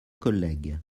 collègue